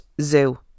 zoo